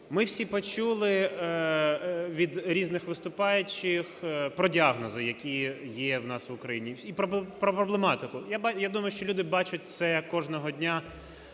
Ми всі почули від різних виступаючих про діагнози, які є у нас в Україні, про проблематику. Я думаю, що люди бачать це кожного дня